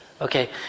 okay